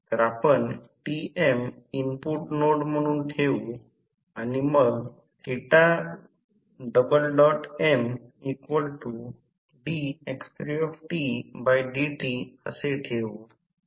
तर आपण Tm input node म्हणून ठेवू आणि मग mdx3dt असे ठेवू